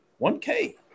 1K